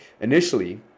Initially